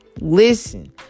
Listen